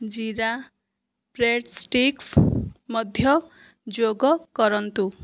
ଜୀରା bread sticks ମଧ୍ୟ ଯୋଗ କରନ୍ତୁ